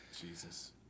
Jesus